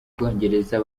bwongereza